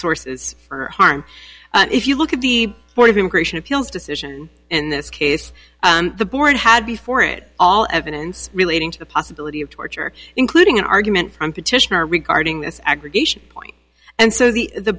sources or harm if you look at the board of immigration appeals decision in this case the board had before it all evidence relating to the possibility of torture including an argument from petitioner regarding this aggregation point and so the the